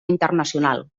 internacional